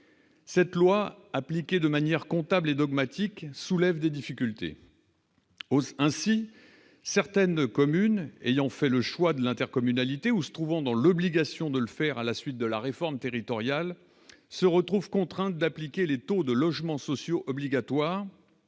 cette loi appliquée de manière comptable et dogmatique, soulève des difficultés aussi ainsi certaines communes ayant fait le choix de l'intercommunalité ou se trouvant dans l'obligation de le faire, à la suite de la réforme territoriale se retrouvent contraints d'appliquer les taux de logements sociaux obligatoires,